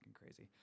crazy